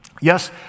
Yes